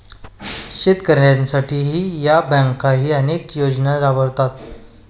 शेतकऱ्यांसाठी या बँकाही अनेक योजना राबवतात